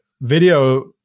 video